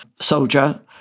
soldier